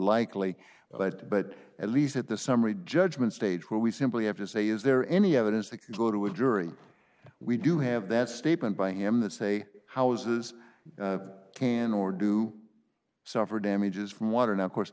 likely but but at least at the summary judgment stage where we simply have to say is there any evidence to go to a jury we do have that statement by him that say how is this can or do suffer damages from water now of course